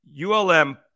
ULM